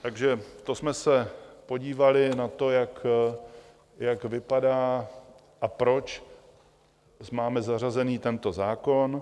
Takže to jsme se podívali na to, jak vypadá a proč máme zařazený tento zákon.